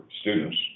students